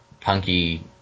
Punky